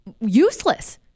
useless